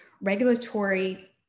regulatory